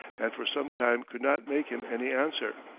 and for sometime could not make him any answer,